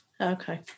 Okay